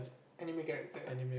anime character